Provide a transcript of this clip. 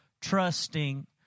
Trusting